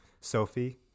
Sophie